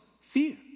fear